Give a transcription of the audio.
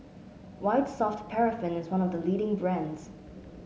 White Soft Paraffin is one of the leading brands